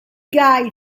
guy